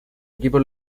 equipo